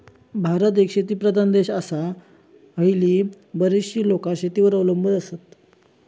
भारत एक शेतीप्रधान देश आसा, हयली बरीचशी लोकां शेतीवर अवलंबून आसत